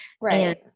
right